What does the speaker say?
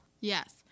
yes